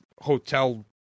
hotel